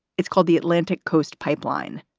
it's called the atlantic coast pipeline